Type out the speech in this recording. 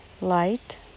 light